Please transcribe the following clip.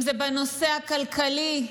אם זה בנושא הכלכלי.